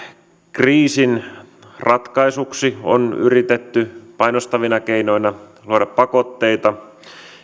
kriisin ratkaisuksi on yritetty painostavina keinoina luoda pakotteita